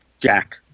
Jack